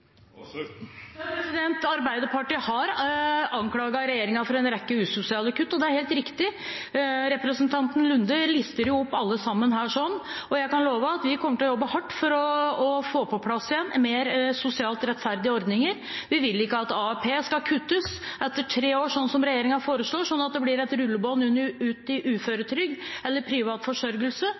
Ja, Arbeiderpartiet har anklaget regjeringen for en rekke usosiale kutt, det er helt riktig. Representanten Nordby Lunde lister jo opp alle sammen her, og jeg kan love at vi kommer til å jobbe hardt for å få på plass igjen mer sosialt rettferdige ordninger. Vi vil ikke at AAP skal kuttes etter tre år, sånn som regjeringen foreslår, sånn at det blir et rullebånd ut i uføretrygd eller privat forsørgelse.